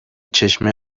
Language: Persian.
چشمه